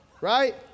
Right